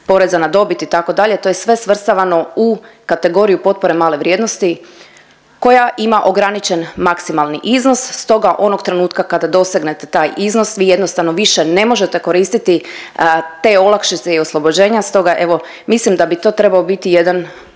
poreza na dobit, itd., to je sve svrstavano u kategoriju potpore male vrijednosti koja ima ograničen maksimalni iznos, stoga onog trenutka kada dosegnete taj iznos, vi jednostavno više ne možete koristiti te olakšice i oslobođenja, stoga evo, mislim da bi to trebao biti jedan,